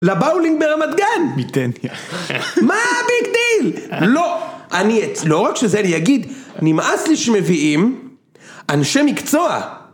לבאולינג ברמת גן! מיטניה. מה הביגדיל?! לא! אני... לא רק שזה להגיד... נמאס לי שמביאים... אנשי מקצוע!